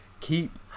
Keep